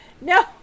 no